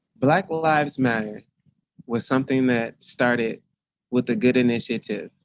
black lives matter was something that started with a good initiative.